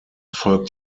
folgt